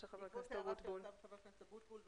חבר הכנסת אבוטבול.